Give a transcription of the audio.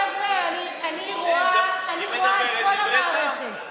חבר'ה, אני רואה את כל המערכת.